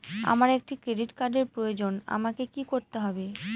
আমার একটি ক্রেডিট কার্ডের প্রয়োজন আমাকে কি করতে হবে?